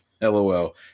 LOL